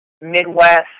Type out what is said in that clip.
Midwest